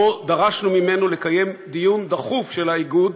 ובו דרשנו ממנו לקיים דיון דחוף של האיגוד,